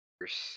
first